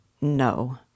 No